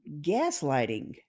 gaslighting